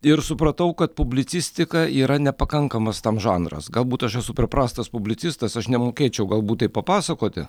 ir supratau kad publicistika yra nepakankamas tam žanras galbūt aš esu per prastas publicistas aš nemokėčiau galbūt taip papasakoti